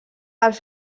els